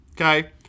Okay